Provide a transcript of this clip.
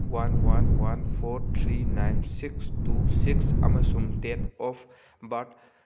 one one one four three nine six two six ꯑꯃꯁꯨꯡ date of birth